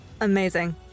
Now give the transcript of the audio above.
Amazing